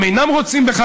הם אינם רוצים בכך,